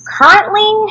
currently